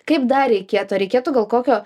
kaip dar reikėtų ar reikėtų gal kokio